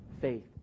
faith